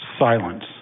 Silence